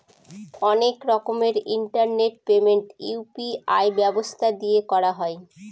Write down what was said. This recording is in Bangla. অনেক রকমের ইন্টারনেট পেমেন্ট ইউ.পি.আই ব্যবস্থা দিয়ে করা হয়